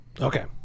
Okay